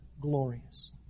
glorious